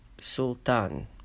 Sultan